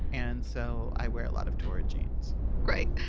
and so i wear a lot of torrid jeans great.